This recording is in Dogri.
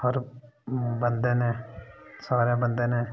हर बंदे ने सारे बंदे ने